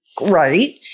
Right